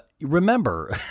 remember